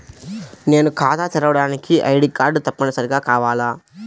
నేను ఖాతా తెరవడానికి ఐ.డీ కార్డు తప్పనిసారిగా కావాలా?